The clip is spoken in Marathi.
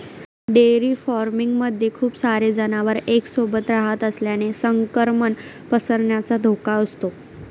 डेअरी फार्मिंग मध्ये खूप सारे जनावर एक सोबत रहात असल्याने संक्रमण पसरण्याचा धोका असतो